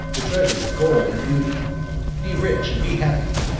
the treasures of gold and beauty be rich and be happy.